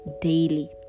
daily